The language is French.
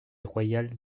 royal